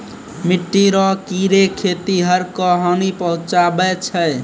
मिट्टी रो कीड़े खेतीहर क हानी पहुचाबै छै